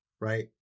right